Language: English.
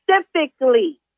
specifically